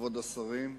כבוד השרים,